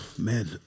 Man